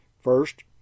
First